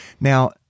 Now